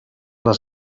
les